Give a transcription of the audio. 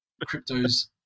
crypto's